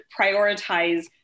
prioritize